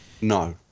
No